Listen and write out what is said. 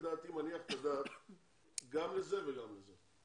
לדעתי, מניח את הדעת גם לזה וגם לזה.